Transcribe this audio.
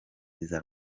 iza